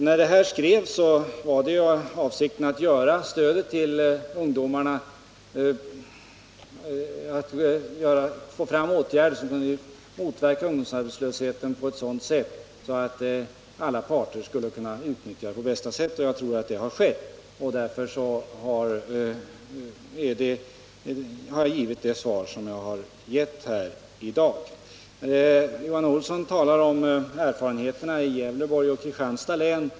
När det här skrevs var avsikten att vidta åtgärder som skulle kunna motverka arbetslösheten på ett sådant sätt att det passar alla parter, och jag tror också att så har blivit fallet. Därför har jag också lämnat just det här svaret i dag. Johan Olsson talade om erfarenheterna i Gävleborgs län och i Kristianstads län.